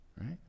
Right